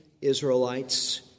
Israelites